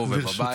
פה ובבית.